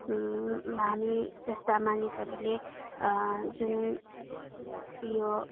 हामी जस्ता मानिसहरूले जुन यो